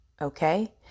okay